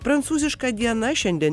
prancūziška diena šiandien